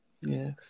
yes